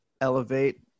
Elevate